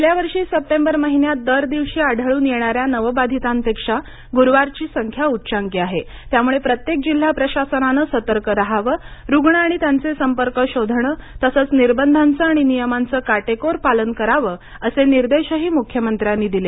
गेल्या वर्षी सप्टेंबर महिन्यात दर दिवशी आढळून येणाऱ्या नवबाधितांपेक्षा गुरुवारची संख्या उच्चांकी आहे त्यामुळे प्रत्येक जिल्हा प्रशासनानं सतर्क राहावं रुग्ण आणि त्यांचे संपर्क शोधण तसंच निर्बंधांच आणि नियमांचं काटेकोर पालन करावं असे निर्देशही मुख्यमंत्र्यांनी दिले